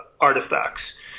artifacts